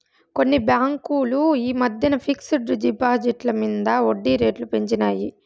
కొన్ని బాంకులు ఈ మద్దెన ఫిక్స్ డ్ డిపాజిట్ల మింద ఒడ్జీ రేట్లు పెంచినాయి